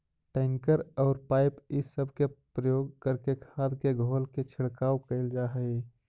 tanker औउर pipe इ सब के प्रयोग करके खाद के घोल के छिड़काव कईल जा हई